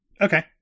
okay